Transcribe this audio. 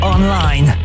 Online